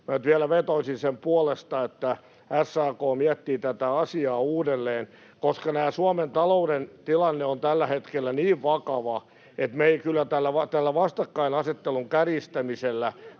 Minä nyt vielä vetoaisin sen puolesta, että SAK miettii tätä asiaa uudelleen, koska tämä Suomen talouden tilanne on tällä hetkellä niin vakava, että me ei kyllä tällä vastakkainasettelun kärjistämisellä